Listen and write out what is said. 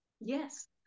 Yes